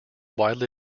widely